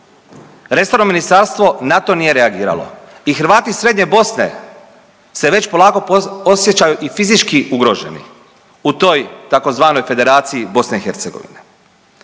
Resorno ministarstvo na to nije reagiralo i Hrvati srednje Bosne se već polako osjećaju i fizički ugroženi u toj tzv. Federaciji BiH. Ovih